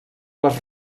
les